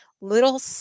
little